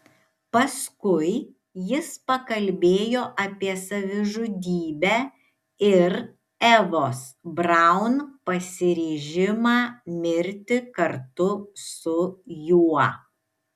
paskui jis pakalbėjo apie savižudybę ir evos braun pasiryžimą mirti kartu su juo